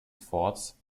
forts